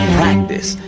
practice